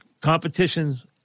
competition's